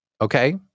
Okay